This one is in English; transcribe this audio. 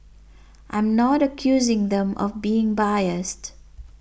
I'm not accusing them of being biased